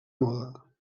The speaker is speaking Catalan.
moda